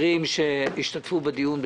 ולחברים שהשתתפו בדיון.